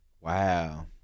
Wow